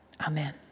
Amen